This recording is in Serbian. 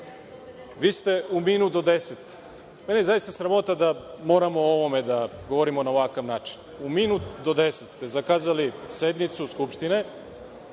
ste u minut do deset… Mene je zaista sramota da moram o ovome da govorimo na ovakav način. U minut do deset ste zakazali sednicu Skupštine